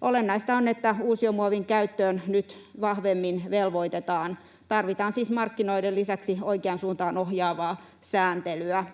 Olennaista on, että uusiomuovin käyttöön nyt vahvemmin velvoitetaan. Tarvitaan siis markkinoiden lisäksi oikeaan suuntaan ohjaavaa sääntelyä.